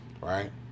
Right